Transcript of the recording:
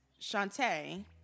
Shantae